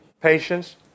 Patience